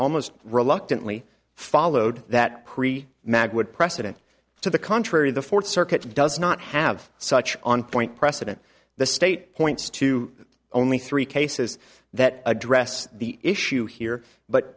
almost reluctantly followed that pre mag would precedent to the contrary the fourth circuit does not have such on point precedent the state points to only three cases that address the issue here but